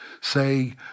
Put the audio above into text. say